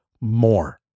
more